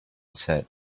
set